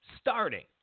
starting